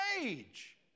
age